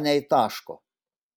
anei taško